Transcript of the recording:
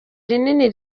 rinini